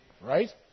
Right